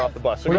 ah the bus.